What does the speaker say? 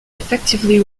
effectively